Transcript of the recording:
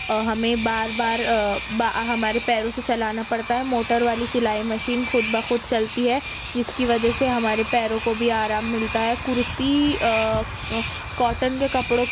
ہمیں بار بار ہمارے پیروں سے چلانا پڑتا ہے موٹر والی سلائی مشین خود بخود چلتی ہے جس کی وجہ سے ہمارے پیروں کو بھی آرام ملتا ہے کرتی کوٹن کے کپڑوں کی